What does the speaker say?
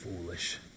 foolish